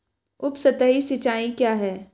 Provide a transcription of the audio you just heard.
उपसतही सिंचाई क्या है?